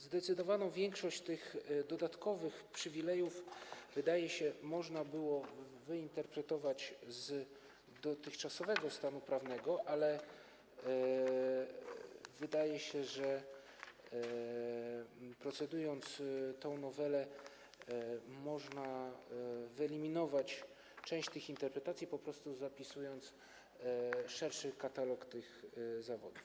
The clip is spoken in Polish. Zdecydowaną większość tych dodatkowych przywilejów, wydaje się, można było wyinterpretować z dotychczasowego stanu prawnego, ale wydaje się też, że procedując nad tą nowelą, można wyeliminować część tych interpretacji, po prostu zapisując szerszy katalog tych zawodów.